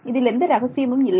இதில் எந்த ரகசியமும் இல்லை